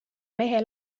mehe